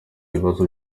ibibazo